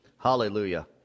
Hallelujah